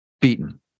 beaten